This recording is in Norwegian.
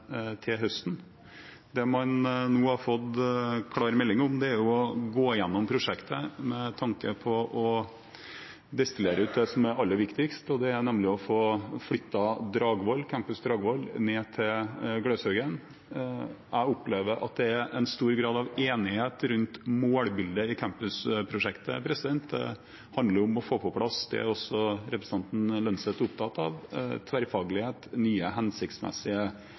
til høsten. Det man nå har fått klar melding om, er å gå gjennom prosjektet med tanke på å destillere ut det som er det aller viktigste, og det er nemlig å få flyttet Campus Dragvoll ned til Gløshaugen. Jeg opplever at det er stor grad av enighet rundt målbildet i campusprosjektet. Det handler om å få på plass det også representanten Lønseth er opptatt av – tverrfaglighet og nye, hensiktsmessige